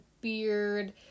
beard